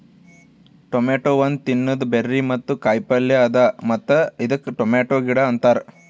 tomato ಒಂದ್ ತಿನ್ನದ berry ಮತ್ತ ಕಾಯಿ ಪಲ್ಯ ಅದಾ ಮತ್ತ ಇದಕ್ ಟೊಮೇಟೊ ಗಿಡ ಅಂತಾರ್